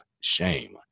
shame